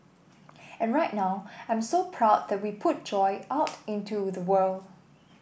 and right now I'm so proud that we put joy out into the world